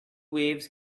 waves